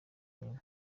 nyuma